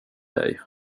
dig